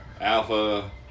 Alpha